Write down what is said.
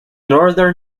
northern